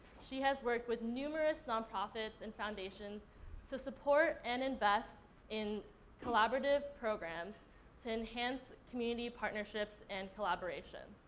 she has worked with numerous non-profits and foundations to support and invest in collaborative programs to enhance community partnerships and collaboration.